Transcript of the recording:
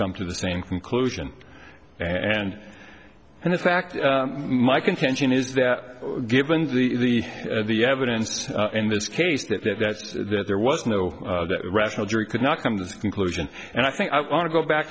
come to the same conclusion and and in fact my contention is that given the the evidence in this case that that that that there was no rational jury could not come to this conclusion and i think i want to go back